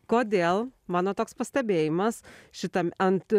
kodėl mano toks pastebėjimas šitam ant